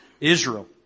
Israel